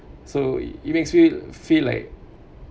so it makes me feel like